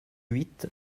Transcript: huit